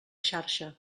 xarxa